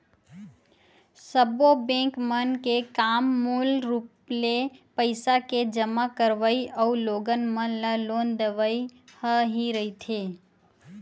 सब्बो बेंक मन के काम मूल रुप ले पइसा के जमा करवई अउ लोगन मन ल लोन देवई ह ही रहिथे